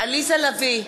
עליזה לביא,